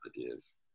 ideas